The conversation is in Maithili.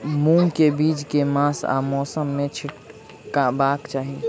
मूंग केँ बीज केँ मास आ मौसम मे छिटबाक चाहि?